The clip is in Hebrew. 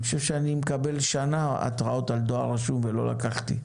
אני חושב שאני מקבל שנה התרעות על דואר רשום ולא לקחתי אותו.